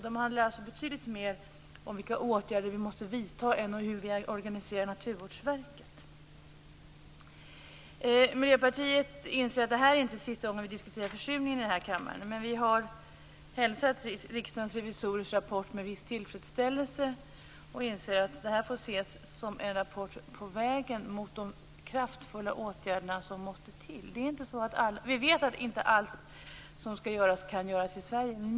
De handlar betydligt mer om vilka åtgärder som vi måste vidta än om hur vi organiserar Naturvårdsverket. Miljöpartiet inser att detta inte är sista gången som vi diskuterar försurningen i denna kammare. Men vi har hälsat rapporten från Riksdagens revisorer med viss tillfredsställelse och inser att den får ses som en rapport på vägen mot de kraftfulla åtgärder som måste vidtas. Vi vet att allt som skall göras inte kan göras i Sverige.